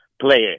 player